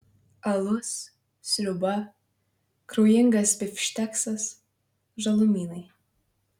alus sriuba kraujingas bifšteksas žalumynai